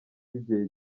by’igihe